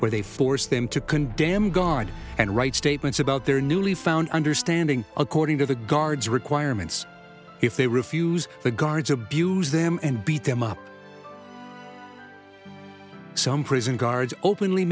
where they force them to condemn god and write statements about their newly found understanding according to the guards requirements if they refuse the guards abuse them and beat them up some prison guards openly